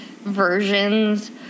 versions